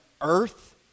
earth